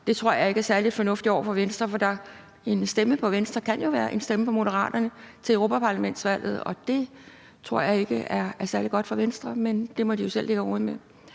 Det tror jeg ikke er særlig fornuftigt for Venstre, for en stemme på Venstre kan jo være en stemme på Moderaterne til europaparlamentsvalget, og det tror jeg ikke er særlig godt for Venstre, men det må de selv ligge og rode